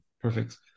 perfect